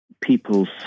people's